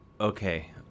Okay